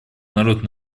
народ